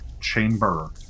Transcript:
chamber